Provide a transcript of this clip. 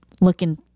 looking